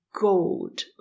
gold